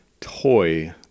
toy